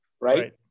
right